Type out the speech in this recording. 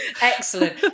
excellent